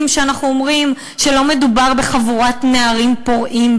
כשאנחנו אומרים שלא מדובר בחבורת נערים פורעים,